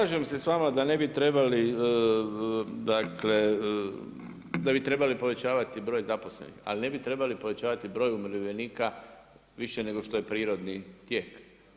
Slažem se sa vama da ne bi trebali, dakle da bi trebali povećavati broj zaposlenih, ali ne bi trebali povećavati broj umirovljenika više nego što je prirodni tijek.